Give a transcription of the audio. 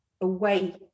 away